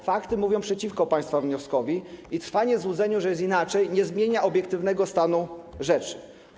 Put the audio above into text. Fakty mówią przeciwko państwa wnioskowi i trwanie w złudzeniu, że jest inaczej, nie zmienia obiektywnego stanu rzeczy.